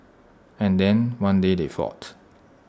and then one day they fought